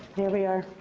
there we are,